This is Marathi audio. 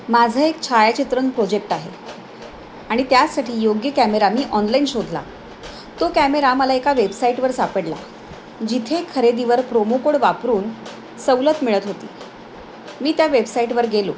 माझं एक छायाचित्रण प्रोजेक्ट आहे आणि त्याचसाठी योग्य कॅमेरा मी ऑनलाईन शोधला तो कॅमेरा मला एका वेबसाईटवर सापडला जिथे खरेदीवर प्रोमो कोड वापरून सवलत मिळत होती मी त्या वेबसाईटवर गेलो